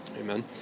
Amen